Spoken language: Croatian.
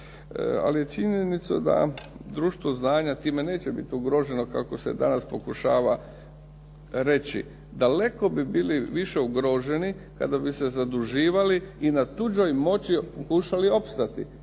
ali je činjenica da "društvo znanja" time neće bit ugroženo kako se danas pokušava reći. Daleko bi bili više ugroženi kada bi se zaduživali i na tuđoj moći pokušali opstati.